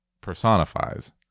personifies